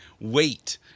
wait